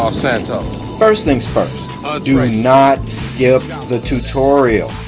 so first things first do ah not skip the tutorial,